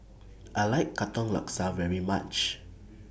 I like Katong Laksa very much